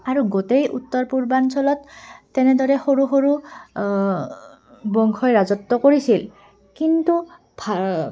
আৰু গোটেই উত্তৰ পূৰ্বাঞ্চলত তেনেদৰে সৰু সৰু বংশই ৰাজত্ব কৰিছিল কিন্তু ভা